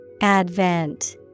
Advent